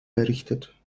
errichtet